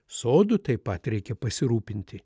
sodu taip pat reikia pasirūpinti